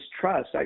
trust